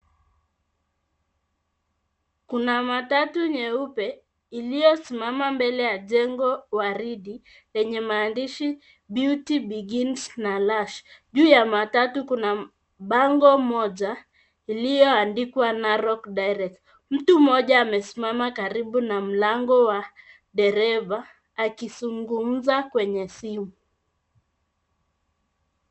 Kuna matatu nyeupe iliyosimama mbele ya jengo waridi lenye maandishi Beauty Begins na Lush . Juu ya matatu kuna bango moja iliyoandikwa Narok Direct . Mtu mmoja amesimama karibu na mlango wa dereva akizungumza kwenye simu.